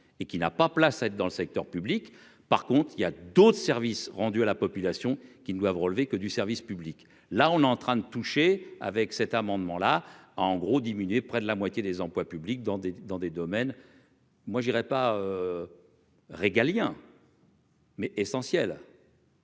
et qui n'a pas place dans le secteur public, par contre, il y a d'autres services rendus à la population qui ne doivent relever que du service public, là on est en train de toucher avec cet amendement, là en gros diminuer près de la moitié des emplois publics dans des, dans des domaines. Moi, j'irai pas régalien. Mais essentielle.